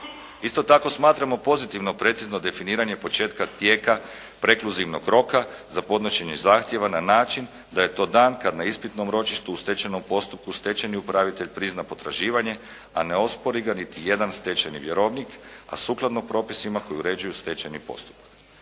Isto tako smatramo pozitivno precizno definiranje početka tijela prekluzivnog roka za podnošenje zahtjeva na način da je to dan kad na ispitnom ročištu u stečajnom postupku stečajni upravitelj prizna potraživanje, a ne ospori ga niti jedan stečajni vjerovnik, a sukladno propisima koji uređuju stečajni postupak.